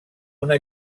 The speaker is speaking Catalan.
una